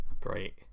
great